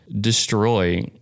destroy